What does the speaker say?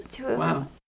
Wow